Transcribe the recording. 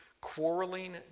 quarreling